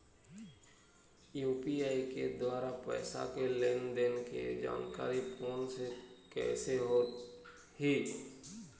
UPI के द्वारा पैसा के लेन देन के जानकारी फोन से कइसे होही?